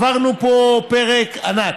עברנו פה פרק ענק.